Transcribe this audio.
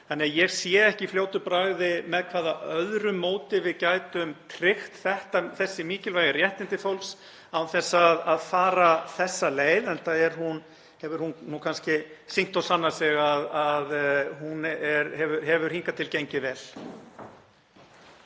Þannig að ég sé ekki í fljótu bragði með hvaða móti við gætum tryggt þessi mikilvægu réttindi fólks án þess að fara þessa leið, enda hefur hún kannski sýnt sig og sannað og hún hefur hingað til gengið vel.